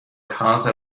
cause